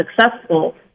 successful